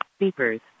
Beepers